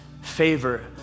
favor